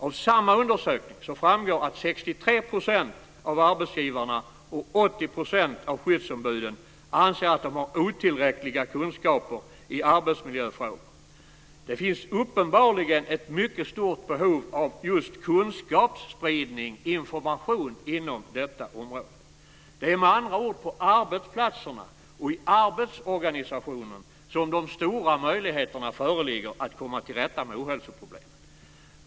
Av samma undersökning framgår att 63 % av arbetsgivarna och 80 % av skyddsombuden anser att de har otillräckliga kunskaper i arbetsmiljöfrågor. Det finns uppenbarligen ett mycket stort behov av kunskapsspridning och information inom detta område. Det är med andra ord på arbetsplatserna och i arbetsorganisationen som de stora möjligheterna föreligger att komma till rätta med ohälsoproblemen.